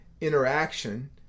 interaction